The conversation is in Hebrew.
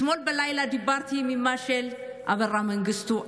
אתמול בלילה דיברתי עם אימא של אברה מנגיסטו,